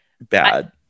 bad